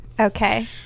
Okay